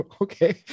okay